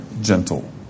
gentle